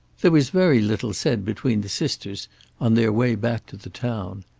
there was very little said between the sisters on their way back to the town.